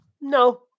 No